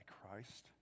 Christ